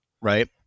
right